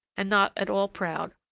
and not at all proud,